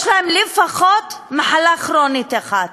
יש להם לפחות מחלה כרונית אחת.